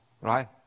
right